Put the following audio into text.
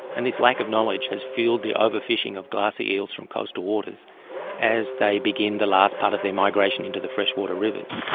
and this lack of knowledge has fuelled the overfishing of glassy eels from coastal waters as they begin the last part of their migration into the freshwater rivers.